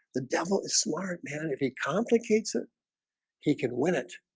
the devil is smart man, if he complicates it he can win it